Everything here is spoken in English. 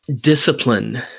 discipline